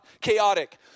chaotic